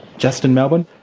justin malbon?